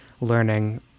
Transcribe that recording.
learning